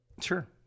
sure